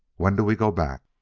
when do we go back?